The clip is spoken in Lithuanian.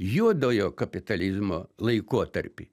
juodojo kapitalizmo laikotarpį